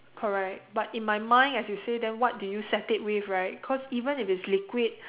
correct but in my mind as you say then what do you set it with right cause even if it's liquid